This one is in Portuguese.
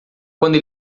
quando